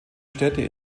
städte